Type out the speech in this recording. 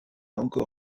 encore